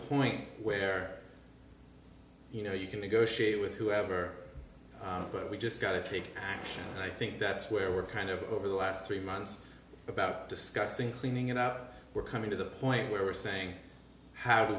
point where you know you can negotiate with whoever but we just got to take action and i think that's where we're kind of over the last three months about discussing cleaning it out we're coming to the point where we're saying how do